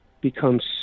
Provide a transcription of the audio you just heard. becomes